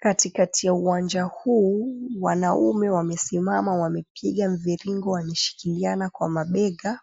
Katikati ya uwanja huu wanaume wamesimama wamepiga mviringo wameshikilina kwa mabega.